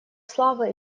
славы